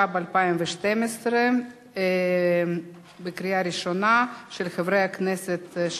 התשע"ב 2012, זה החוק של הדרוזים.